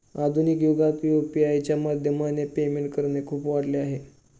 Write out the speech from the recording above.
आधुनिक युगात यु.पी.आय च्या माध्यमाने पेमेंट करणे खूप वाढल आहे